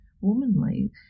womanly